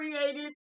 created